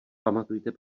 pamatujte